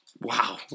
Wow